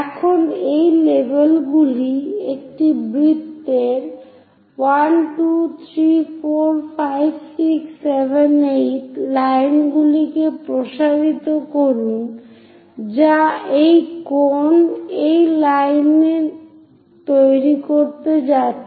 এখন এই লেবেলগুলি থেকে বৃত্তের 1 2 3 4 5 6 7 8 লাইনগুলিকে প্রসারিত করুন যা এই কোন এ লাইন তৈরি করতে যাচ্ছে